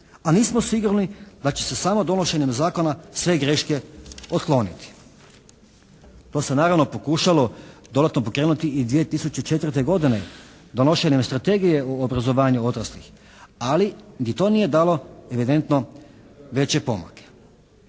a nismo sigurni sa će se samo donošenjem zakona sve greške otkloniti. To se naravno pokušalo dodatno pokrenuti i 2004. godine donošenjem strategije o obrazovanju odraslih, ali ni to nije dalo evidentno veće pomake.